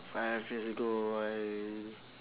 five years ago I